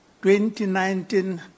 2019